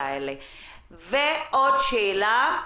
עוד שאלה,